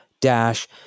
dash